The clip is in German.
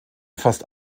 fast